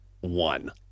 one